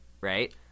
right